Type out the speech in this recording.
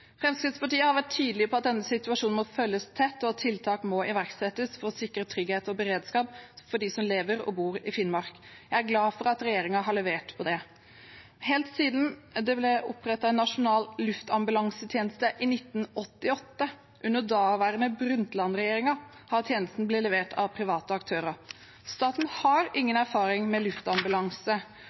Fremskrittspartiet har vært tydelige på at denne situasjonen må følges tett, og at tiltak må iverksettes for å sikre trygghet og beredskap for dem som lever og bor i Finnmark. Jeg er glad for at regjeringen har levert på det. Helt siden det ble opprettet en nasjonal luftambulansetjeneste i 1988, under den daværende Brundtland-regjeringen, har tjenesten blitt levert av private aktører. Staten har ingen erfaring med luftambulanse,